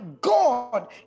God